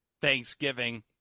Thanksgiving